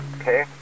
okay